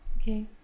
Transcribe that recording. Okay